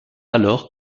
alors